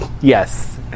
Yes